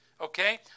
Okay